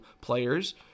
players